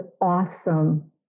awesome